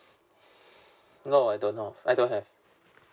no I don't know I don't have